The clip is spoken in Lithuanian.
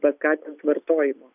paskatint vartojimą